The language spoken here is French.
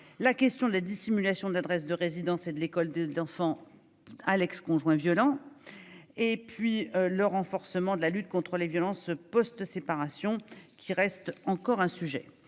protection ; la dissimulation de l'adresse de résidence et de l'école des enfants à l'ex-conjoint violent ; le renforcement de la lutte contre les violences post-séparation, etc. Je ne